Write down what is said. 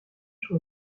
sur